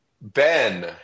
Ben